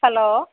hello